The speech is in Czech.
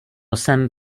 jsem